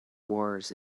wars